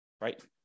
right